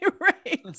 Right